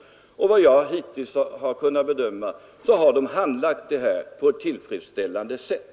Och efter vad jag hittills kunnat bedöma har dessa företag handlagt frågorna på ett tillfredsställande sätt.